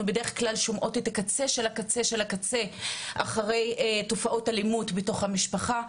אנחנו בדרך כלל שומעות את הקצה של הקצה אחרי תופעות אלימות בתוך המשפחה.